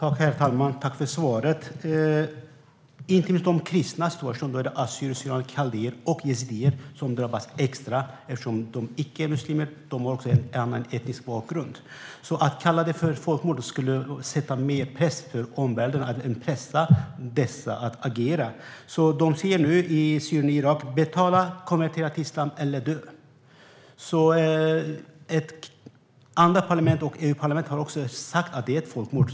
Herr talman! Tack, utrikesministern, för svaret! Inte minst de kristna - assyrier/syrianer och kaldéer - och yazidier drabbas extra eftersom de inte är muslimer. De har också annan etnisk bakgrund. Att kalla det för folkmord skulle pressa omvärlden ytterligare att agera. I Syrien och Irak säger man nu: Betala, konvertera till islam eller dö! Andra parlament och EU-parlamentet har sagt att det är ett folkmord.